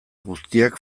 guztiak